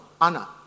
Anna